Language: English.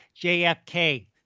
jfk